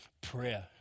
Prayer